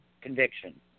conviction